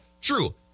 True